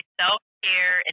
self-care